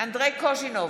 אנדרי קוז'ינוב,